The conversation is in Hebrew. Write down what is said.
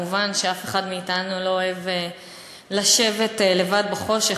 מובן שאף אחד מאתנו לא אוהב לשבת לבד בחושך.